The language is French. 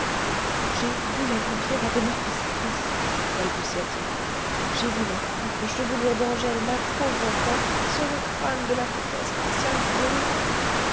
j'ai vu la vampire addhéma face à face balbutia-t-il j'ai vu la propre chevelure d'angèle ma pauvre enfant sur le crâne de la comtesse marcian gregoryi